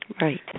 Right